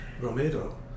Romero